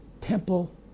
temple